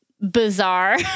bizarre